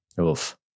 Oof